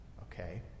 Okay